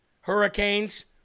hurricanes